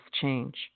change